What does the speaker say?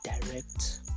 direct